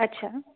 अच्छा